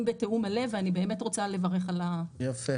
בתיאום מלא ואני רוצה לברך על הרפורמה הזאת.